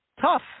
Tough